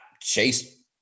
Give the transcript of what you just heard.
Chase